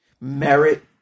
merit